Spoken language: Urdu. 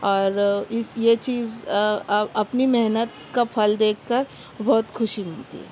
اور اس یہ چیز اپنی محنت کا پھل دیکھ کر بہت خوشی ملتی ہے